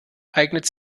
eignet